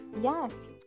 Yes